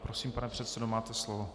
Prosím, pane předsedo, máte slovo.